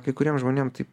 kai kuriem žmonėm tai